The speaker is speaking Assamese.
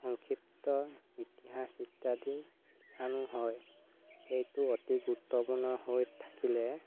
সংক্ষিপ্ত ইতিহাস ইত্যাদি কাৰণেও হয় এইটো অতি গুৰুত্বপূৰ্ণ হৈ থাকিলে